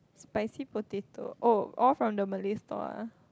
spicy potato oh all from the Malay store ah